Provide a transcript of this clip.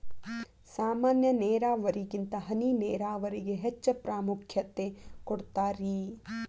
ಸಾಮಾನ್ಯ ನೇರಾವರಿಗಿಂತ ಹನಿ ನೇರಾವರಿಗೆ ಹೆಚ್ಚ ಪ್ರಾಮುಖ್ಯತೆ ಕೊಡ್ತಾರಿ